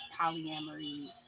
polyamory